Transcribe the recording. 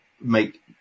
make